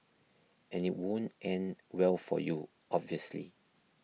and it won't end well for you obviously